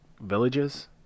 villages